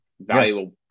valuable